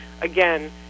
again